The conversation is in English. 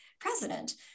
president